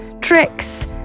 tricks